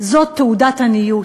זו תעודת עניות.